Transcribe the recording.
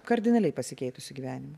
kardinaliai pasikeitusiu gyvenimu